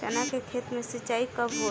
चना के खेत मे सिंचाई कब होला?